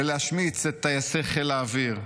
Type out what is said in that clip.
בלהשמיץ את טייסי חיל האוויר.